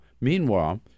meanwhile